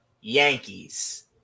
Yankees